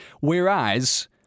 Whereas